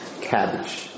cabbage